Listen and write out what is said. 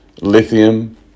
lithium